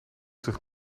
zich